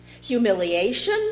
Humiliation